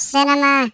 Cinema